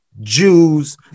Jews